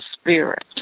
spirit